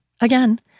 Again